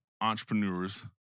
entrepreneurs